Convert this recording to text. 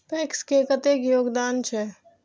PACS के कतेक योगदान छै?